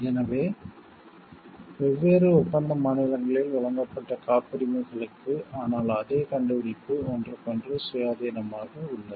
எனவே வெவ்வேறு ஒப்பந்த மாநிலங்களில் வழங்கப்பட்ட காப்புரிமைகளுக்கு ஆனால் அதே கண்டுபிடிப்பு ஒன்றுக்கொன்று சுயாதீனமாக உள்ளது